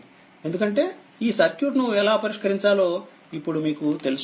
ఎందుకంటే ఈ సర్క్యూట్ ని ఎలా పరిష్కరించాలో ఇప్పుడు మీకు తెలుసు